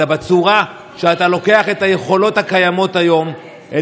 אלא בצורה שאתה לוקח את היכולות הקיימות היום,